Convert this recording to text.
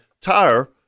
tire